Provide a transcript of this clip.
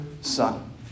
son